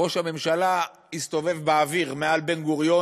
ראש הממשלה הסתובב באוויר מעל בן-גוריון